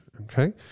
Okay